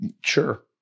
Sure